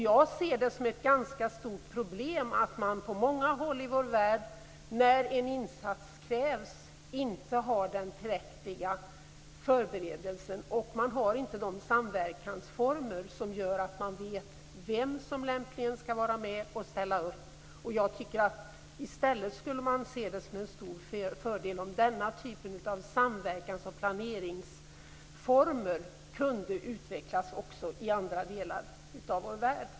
Jag ser det som ett ganska stort problem att man på många håll i vår värld när en insats krävs inte har den tillräckliga förberedelsen. Man har inte heller de samverkansformer som gör att man vet vem som lämpligen skall vara med och ställa upp. Jag tycker att i stället skulle man se det som en stor fördel om denna typ av samverkans och planeringsformer kunde utvecklas också i andra delar av vår värld.